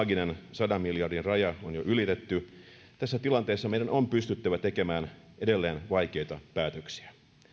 sadan miljardin raja on jo ylitetty meidän on pystyttävä tekemään edelleen vaikeita päätöksiä